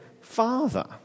Father